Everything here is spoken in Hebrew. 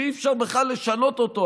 שאי-אפשר בכלל לשנות אותו,